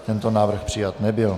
Tento návrh přijat nebyl.